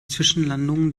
zwischenlandungen